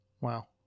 Wow